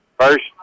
First